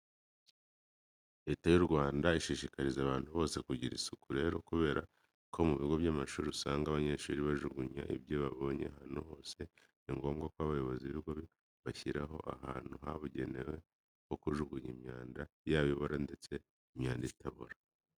Leta y'u Rwanda ishishikariza abantu bose kugira isuku. Rero kubera ko mu bigo by'amashuri usanga abanyeshuri bajugunya ibyo babonye ahantu hose, ni ngombwa ko abayobozi b'ikigo bashyiraho ahantu habugenewe ho kujugunya imyanda yaba ibora ndetse n'imyanda itabora.